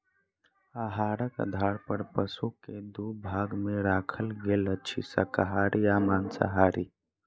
आहारक आधार पर पशु के दू भाग मे राखल गेल अछि, शाकाहारी आ मांसाहारी